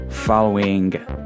Following